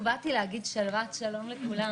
באתי רק להגיד שבת שלום לכולם.